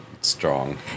strong